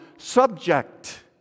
Subject